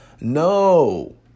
No